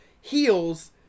heels